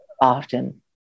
often